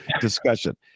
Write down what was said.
discussion